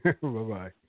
Bye-bye